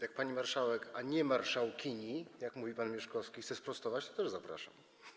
Jak pani marszałek - a nie marszałkini, jak mówi pan Mieszkowski - chce sprostować, to zapraszam.